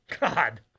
God